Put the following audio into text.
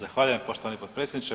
Zahvaljujem poštovani potpredsjedniče.